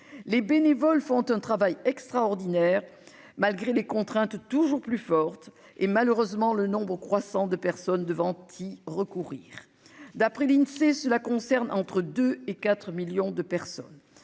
les bénévoles font un travail extraordinaire, malgré les contraintes toujours plus forte, et malheureusement le nombre croissant de personnes devant y recourir, d'après l'Insee, cela concerne entre 2 et 4 millions de personnes,